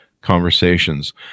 Conversations